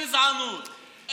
אין גבול לגזענות.